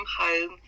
home